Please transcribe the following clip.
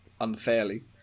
unfairly